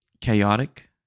chaotic